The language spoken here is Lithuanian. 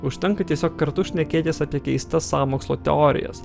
užtenka tiesiog kartu šnekėtis apie keistas sąmokslo teorijas